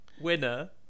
winner